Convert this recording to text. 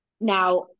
Now